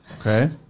Okay